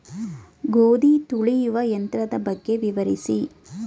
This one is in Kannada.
ಗೋಧಿ ತುಳಿಯುವ ಯಂತ್ರದ ಬಗ್ಗೆ ವಿವರಿಸಿ?